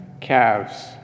calves